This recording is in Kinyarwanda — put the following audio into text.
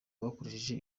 bakoresheje